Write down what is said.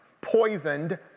poisoned